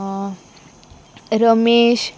Ramesh